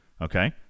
Okay